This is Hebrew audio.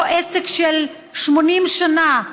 או עסק של 80 שנה,